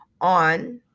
on